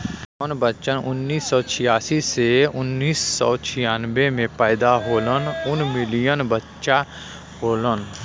जौन बच्चन उन्नीस सौ छियासी से उन्नीस सौ छियानबे मे पैदा होलन उ मिलेनियन बच्चा होलन